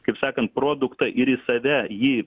kaip sakant produktą ir į save jį